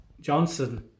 Johnson